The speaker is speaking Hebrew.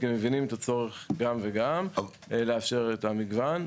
כי הם מבינים את הצורך גם וגם כדי לאפשר את המגוון,